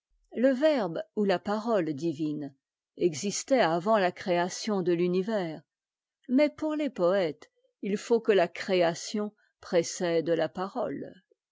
le verbe ou la parole divine existait avant la création de l'univers mais pour les poëtes il faut que la création précède la parole